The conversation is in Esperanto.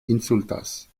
insultas